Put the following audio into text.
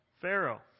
Pharaoh